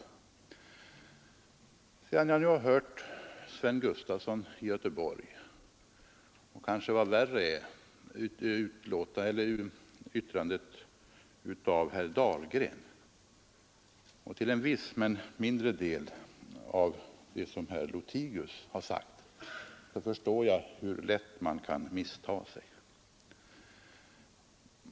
När jag nu har hört Sven Gustafson i Göteborg och kanske vad värre är herr Dahlgrens samt till en viss men mindre del herr Lothigius” yttranden förstår jag hur lätt man kan missta sig.